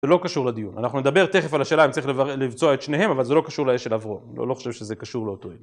זה לא קשור לדיון. אנחנו נדבר תכף על השאלה אם צריך לבצוע את שניהם, אבל זה לא קשור לאש אל עברון. לא חושב שזה קשור לאותו דבר